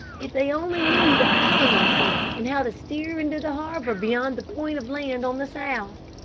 if they only knew the island was here and how to steer into the harbor beyond the point of land on the south.